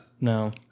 No